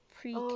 pre